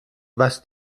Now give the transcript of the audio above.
was